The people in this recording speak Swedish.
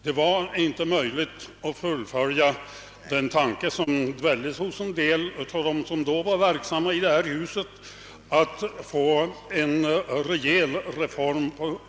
Det var inte möjligt att fullfölja den tanke, som en del av dem som då var verksamma hyste, nämligen att på en gång genomföra en rejäl reform.